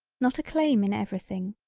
not a claim in everything,